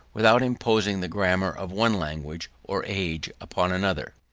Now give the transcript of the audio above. without imposing the grammar of one language or age upon another.